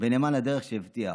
ונאמן לדרך שהבטיח.